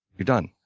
you're done.